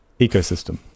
ecosystem